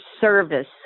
service